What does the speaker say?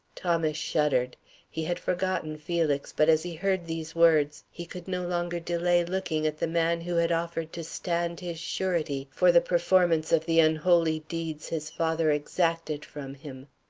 thomas shuddered he had forgotten felix, but as he heard these words he could no longer delay looking at the man who had offered to stand his surety for the performance of the unholy deed his father exacted from him.